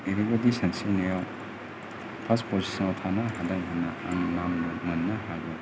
एरिबादि सानस्रिनायाव फार्स्त पजिसनाव थानो हानाय होन्ना आं नाम मोननो हागोन